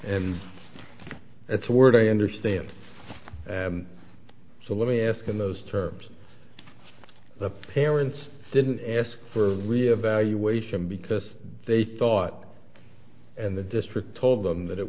and that's the word i understand so let me ask in those terms the parents didn't ask for real evaluation because they thought in the district told them that it